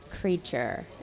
creature